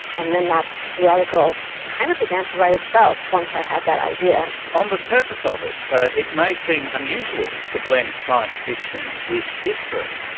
and then the article kind of began to write itself once i had that idea. on the surface of it, it may seem unusual to blend science fiction with history,